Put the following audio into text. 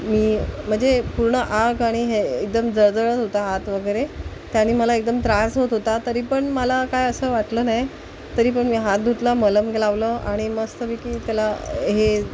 मी म्हणजे पूर्ण आग आणि हे एकदम जळजळत होता हात वगैरे त्याने मला एकदम त्रास होत होता तरी पण मला काय असं वाटलं नाही तरी पण मी हात धुतला मलम हे लावलं आणि मस्तपैकी त्याला हे